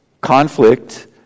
Conflict